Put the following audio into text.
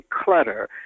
clutter